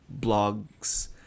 blogs